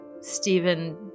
Stephen